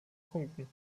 punkten